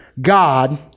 God